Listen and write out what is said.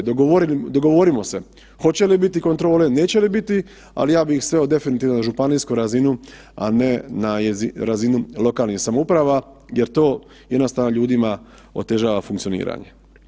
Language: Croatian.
Dogovorimo se, hoće li biti kontrole, neće li biti, ali ja bih sveo definitivno na županijsku razinu, a ne na razinu lokalnih samouprava jer to jednostavno ljudima otežava funkcioniranje.